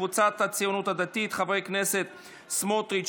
קבוצת סיעת הציונות הדתית: חברי הכנסת בצלאל סמוטריץ',